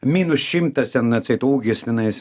minus šimtas ten atseit ūgis tenais